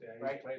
Right